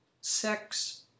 Sex